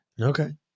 Okay